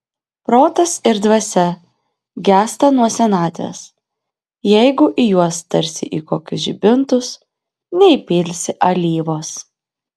protas ir dvasia gęsta nuo senatvės jeigu į juos tarsi į kokius žibintus neįpilsi alyvos